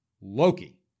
Loki